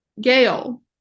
Gail